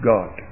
God